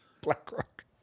Blackrock